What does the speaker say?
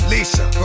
Lisa